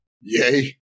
Yay